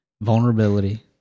Vulnerability